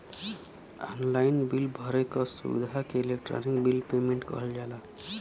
online bill भरे क सुविधा के इलेक्ट्रानिक बिल पेमेन्ट कहल जाला